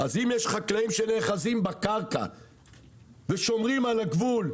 אז אם יש חקלאים שנאחזים בקרקע ושומרים על הגבול,